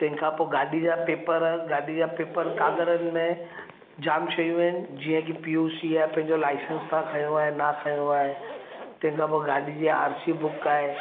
तंहिंखां पोइ गाॾी जा पेपर गाॾी जा पेपर काॻरनि में जामु शयूं आहिनि जीअं कि पी ओ सी आहे पंहिंजो लाइसेंस तव्हां खयों आहे न खयों आहे तंहिंखां पोइ गाॾी जी आर सी बुक आहे